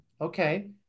Okay